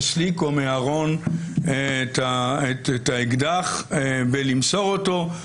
סליק או מהארון את האקדח ולמסור אותו.